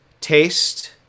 taste